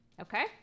Okay